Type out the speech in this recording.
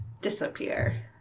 disappear